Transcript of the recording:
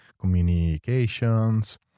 communications